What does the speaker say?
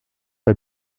pas